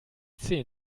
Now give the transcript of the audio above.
zehn